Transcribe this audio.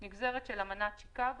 זה נגזרת של אמנת שיקגו.